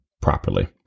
properly